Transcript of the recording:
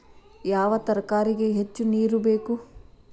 ಯಾವ ತರಕಾರಿಗೆ ಹೆಚ್ಚು ನೇರು ಬೇಕು?